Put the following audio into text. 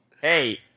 Hey